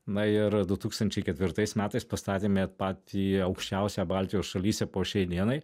na ir du tūkstančiai ketvirtais metais pastatėme patį aukščiausią baltijos šalyse po šiai dienai